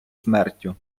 смертю